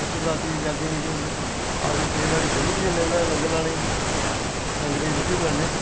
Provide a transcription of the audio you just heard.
हून शिवरात्रि गी ज केईं बारी फ्री बी जन्ने आं लंगर लाने गी लंगरे दी रूट्टी बनाने